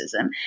racism